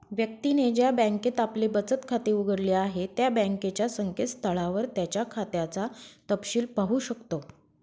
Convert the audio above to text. व्यक्तीने ज्या बँकेत आपले बचत खाते उघडले आहे त्या बँकेच्या संकेतस्थळावर त्याच्या खात्याचा तपशिल पाहू शकतो